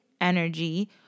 energy